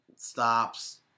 Stops